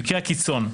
במקרי הקיצון,